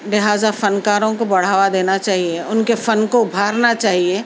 لہٰذا فنکاروں کو بڑھاوا دینا چاہیے ان کے فن کو ابھارنا چاہیے